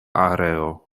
areo